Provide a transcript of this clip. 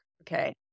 Okay